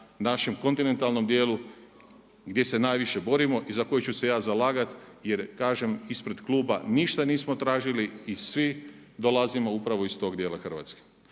našem kontinentalnom dijelu gdje se najviše borimo i za koju ću se ja zalagati jer kažem, ispred kluba ništa nismo tražili i svi dolazimo upravo iz tog dijela Hrvatske.